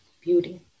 beauty